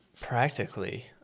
practically